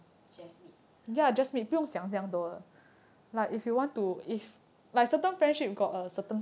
ya just meet